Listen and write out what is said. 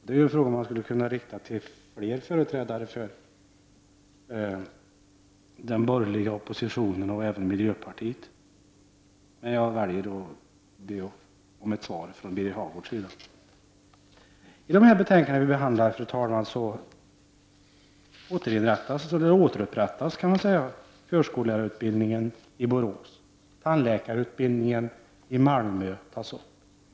Det är en fråga som jag skulle kunna rikta till fler företrädare för den borgerliga oppositionen och även till miljöpartiet, men jag väljer att be om ett svar från Birger Hagård. Fru talman! I de betänkanden som vi nu behandlar föreslås att förskollärarutbildningen i Borås återinrättas och att tandläkarutbildningen i Malmö återupptas.